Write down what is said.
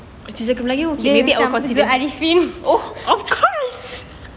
jejaka aku melayu K maybe I will consider oh of course